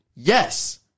Yes